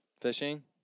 Fishing